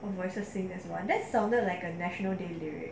oh voices sync that's why that sounded like a national day day leh